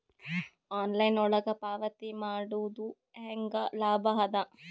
Online ಒಳಗ ಪಾವತಿ ಮಾಡುದು ಹ್ಯಾಂಗ ಲಾಭ ಆದ?